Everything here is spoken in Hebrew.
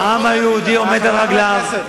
העם היהודי עומד על רגליו,